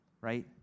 right